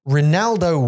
Ronaldo